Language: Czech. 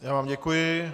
Já vám děkuji.